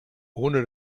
ohne